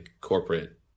corporate